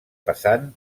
pesant